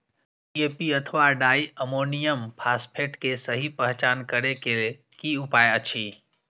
DAP अथवा di ammonium phosphate के सहि पहचान करे के कि उपाय अछि?